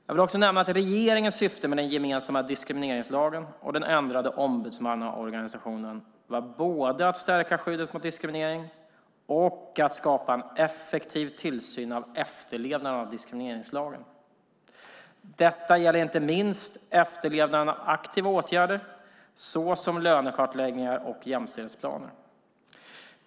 Jag vill också nämna att regeringens syfte med den gemensamma diskrimineringslagen och den ändrade ombudsmannaorganisationen var både att stärka skyddet mot diskriminering och att skapa en effektiv tillsyn av efterlevnaden av diskrimineringslagen. Detta gäller inte minst efterlevnaden av aktiva åtgärder, såsom lönekartläggningar och jämställdhetsplaner.